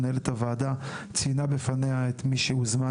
מנהלת הוועדה ציינה בפניה את מי שהוזמן,